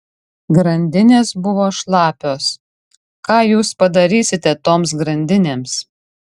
grandinės buvo šlapios ką jūs padarysite toms grandinėms